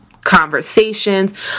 conversations